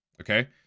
Okay